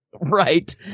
Right